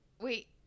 Wait